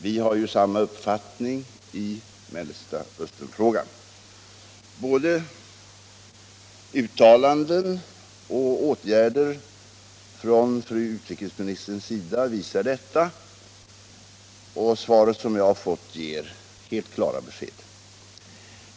Vi har ju samma uppfattning i Mellersta Östern-frågan — både uttalanden och åtgärder från fru utrikesministerns sida visar detta, och svaret som jag har fått ger helt klara besked.